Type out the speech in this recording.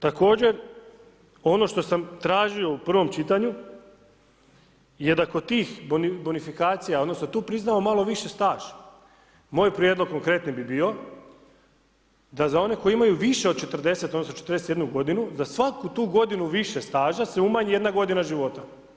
Također ono što sam tražio u prvom čitanju je da kod tih bonifikacija odnosno tu priznamo malo više staž, moj prijedlog konkretni bi bio, da za one koji imaju više od 40 odnosno 41 godinu, za svaku tu godinu više staža, se umanji jedna godina života.